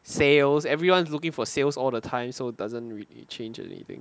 sales everyone's looking for sales all the time so doesn't really change anything